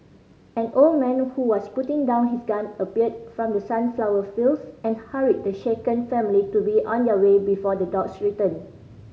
an old man who was putting down his gun appeared from the sunflower fields and hurried the shaken family to be on their way before the dogs return